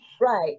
Right